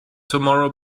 tomorrow